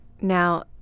Now